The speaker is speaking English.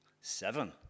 seven